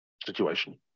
situation